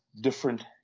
different